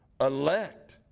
Elect